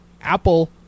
Apple